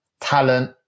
talent